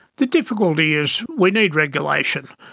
the difficulty is we need regulation.